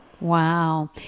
Wow